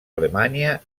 alemanya